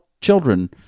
children